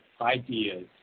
ideas